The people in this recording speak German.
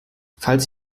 falls